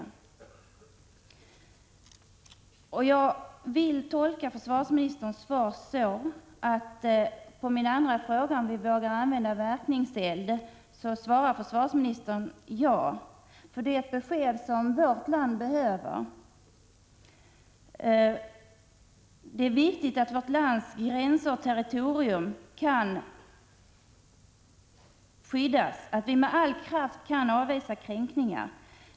87 Jag tolkar försvarsministerns svar på min andra fråga om vi vågar använda verkningseld så att försvarsministern säger ja. Det är ett besked som vårt land behöver. Det är viktigt att vårt lands gränser och territorium kan skyddas, att vi med all kraft kan avvisa kränkningar.